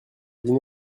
dîner